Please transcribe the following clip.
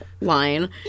line